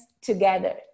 together